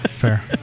fair